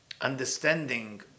understanding